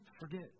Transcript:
forget